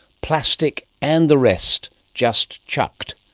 plastic and the rest just chucked.